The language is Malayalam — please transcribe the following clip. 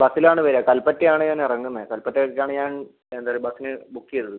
ബസിൽ ആണ് വരിക കൽപ്പറ്റയാണ് ഞാൻ ഇറങ്ങുന്നത് കൽപ്പറ്റയ്ക്കാണ് ഞാൻ എന്താണ് പറയുക ബസിന് ബുക്ക് ചെയ്തത്